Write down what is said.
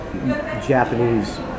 Japanese